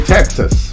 Texas